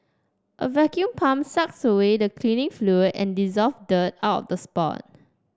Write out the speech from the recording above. a vacuum pump sucks away the cleaning fluid and dissolved dirt out of the spot